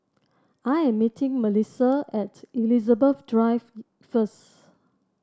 I am meeting Melisa at Elizabeth Drive first